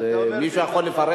כמו ברופאים.